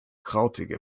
krautige